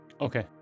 Okay